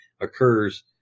occurs